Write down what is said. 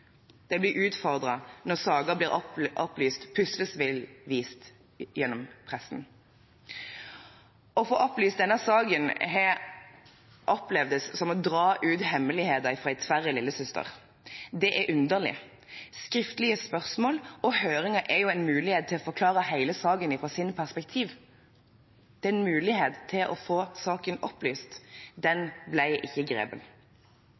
Den blir utfordret når saker blir opplyst – puslespillvis – gjennom pressen. Å få opplyst denne saken har opplevdes som å dra ut hemmeligheter fra en tverr lillesøster. Det er underlig. Skriftlige spørsmål og høringer er jo en mulighet til å forklare hele saken ut fra sitt perspektiv. Den muligheten til å få saken opplyst ble ikke